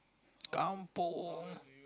Kampung